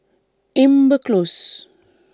Amber Close